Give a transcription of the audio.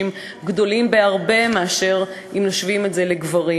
גדולים בהרבה כאשר משווים אותן לגברים.